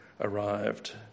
arrived